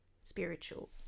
spiritual